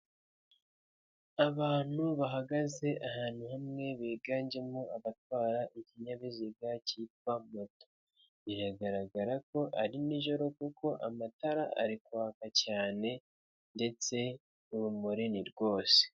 Abantu bahagaze ahantu hamwe, biganjemo abatwara ikinyabiziga cyitwa moto, biragaragara ko ari nijoro kuko amatara ari kwaka cyane, ndetse urumuri ni rwose.